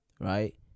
right